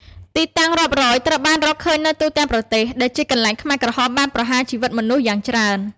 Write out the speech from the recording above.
ទីតាំងរាប់រយត្រូវបានរកឃើញនៅទូទាំងប្រទេស ដែលជាកន្លែងខ្មែរក្រហមបានប្រហារជីវិតមនុស្សយ៉ាងច្រើន។